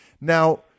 Now